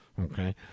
Okay